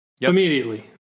immediately